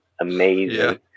amazing